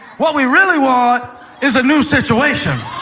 what we really want is a new situation.